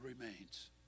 remains